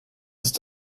ist